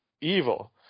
evil